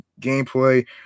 gameplay